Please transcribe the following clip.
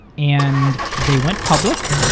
and they went public.